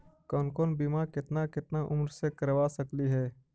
कौन कौन बिमा केतना केतना उम्र मे करबा सकली हे?